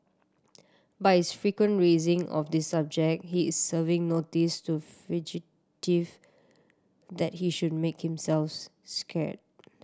by his frequent raising of this subject he is serving notice to fugitive that he should make himself scare